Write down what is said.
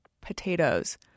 potatoes